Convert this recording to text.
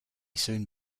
soon